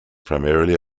primarily